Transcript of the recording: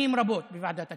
שנים רבות בוועדת הכספים.